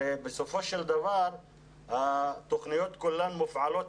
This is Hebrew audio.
בסופו של דבר התוכניות כולן מופעלות